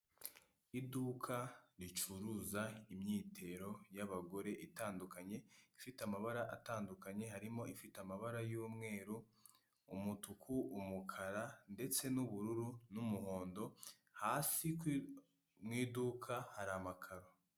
Iduka ricuruza imyitero y'abagore itandukanye, ifite amabara atandukanye, harimo ifite amabara: y'umweru, umutuku, umukara, ndetse n'ubururu, n'umuhondo; hasi mu iduka hari amakaro.